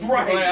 Right